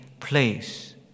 place